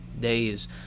days